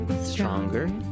Stronger